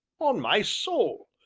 on my soul!